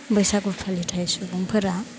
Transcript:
बैसागु फालिथाइ सुबुंफोरा